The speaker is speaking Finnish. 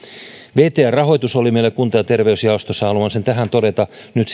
vtr rahoitus oli meillä kunta ja terveysjaostossa haluan sen todeta nyt